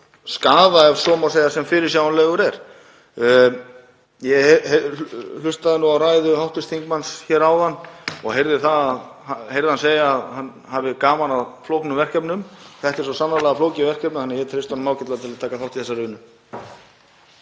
skaða, ef svo má segja, sem fyrirsjáanlegur er. Ég hlustaði á ræðu hv. þingmanns hér áðan og heyrði hann segja að hann hefði gaman af flóknum verkefnum. Þetta er svo sannarlega flókið verkefni þannig að ég treysti honum ágætlega til að taka þátt í þessari vinnu.